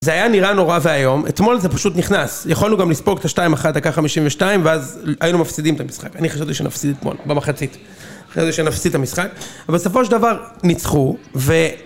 זה היה נראה נורא והיום, אתמול זה פשוט נכנס, יכולנו גם לספוג את השתיים אחת דקה 52 ואז היינו מפסידים את המשחק, אני חשבתי שנפסיד אתמול במחצית חשבתי שנפסיד את המשחק, אבל בסופו של דבר ניצחו